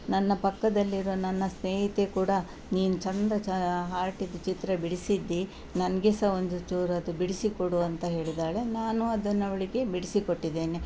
ನನ್ನ ಪಕ್ಕದಲ್ಲಿರೋ ನನ್ನ ಸ್ನೇಹಿತೆ ಕೂಡ ನೀನು ಚೆಂದ ಚ ಹಾರ್ಟಿಂದ್ ಚಿತ್ರ ಬಿಡಿಸಿದ್ದಿ ನನಗೆ ಸಹ ಒಂದು ಚೂರು ಅದು ಬಿಡಿಸಿ ಕೊಡು ಅಂತ ಹೇಳಿದ್ದಾಳೆ ನಾನು ಅದನ್ನು ಅವಳಿಗೆ ಬಿಡಿಸಿಕೊಟ್ಟಿದ್ದೇನೆ